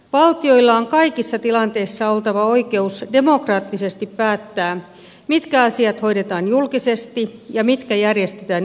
valtioilla on kaikissa tilanteissa oltava oikeus demokraattisesti päättää mitkä asiat hoidetaan julkisesti ja mitkä järjestetään yksityisillä markkinoilla